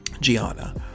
Gianna